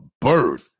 bird